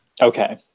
Okay